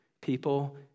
people